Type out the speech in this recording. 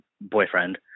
boyfriend